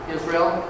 Israel